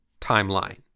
timeline